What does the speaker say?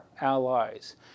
allies